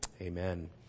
amen